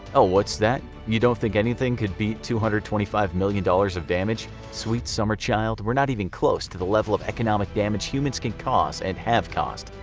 ah what's that, you don't think anything could beat two hundred and twenty five million dollars of damage? sweet summer child, we're not even close to the level of economic damage humans can cause and have caused.